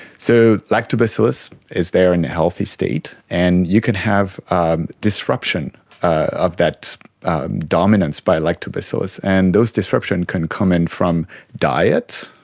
so lactobacillus is there in a healthy state, and you can have ah disruption of that dominance by lactobacillus, and those disruptions can come in from diet,